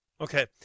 Okay